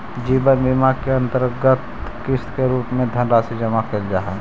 जीवन बीमा के अंतर्गत किस्त के रूप में धनराशि जमा कैल जा हई